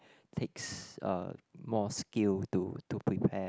takes uh more skill to to prepare